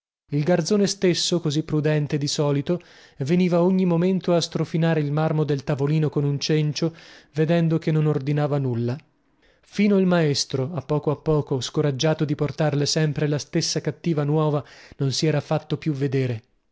il garzone stesso così prudente di solito veniva ogni momento a strofinare il marmo del tavolino con un cencio vedendo che non ordinava nulla fino il maestro a poco a poco scoraggiato di portarle sempre la stessa cattiva nuova non si era fatto più vedere